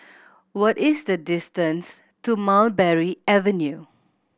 what is the distance to Mulberry Avenue